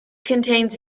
contains